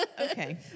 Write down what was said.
Okay